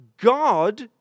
God